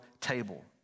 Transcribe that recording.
table